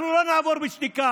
אנחנו לא נעבור על זה בשתיקה,